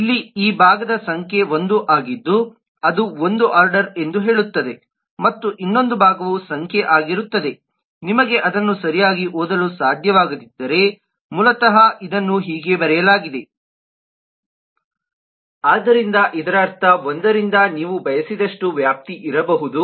ಇಲ್ಲಿ ಈ ಭಾಗದಲ್ಲಿ ಸಂಖ್ಯೆ 1 ಆಗಿದ್ದು ಅದು ಒಂದು ಆರ್ಡರ್ ಎಂದು ಹೇಳುತ್ತದೆ ಮತ್ತು ಇನ್ನೊಂದು ಭಾಗವು ಸಂಖ್ಯೆ ಆಗಿರುತ್ತದೆ ನಿಮಗೆ ಅದನ್ನು ಸರಿಯಾಗಿ ಓದಲು ಸಾಧ್ಯವಾಗದಿದ್ದರೆ ಮೂಲತಃ ಇದನ್ನು ಹೀಗೆ ಬರೆಯಲಾಗಿದೆ ಆದ್ದರಿಂದ ಇದರರ್ಥ ಒಂದರಿಂದ ನೀವು ಬಯಸಿದಷ್ಟು ವ್ಯಾಪ್ತಿಯಿರಬಹುದು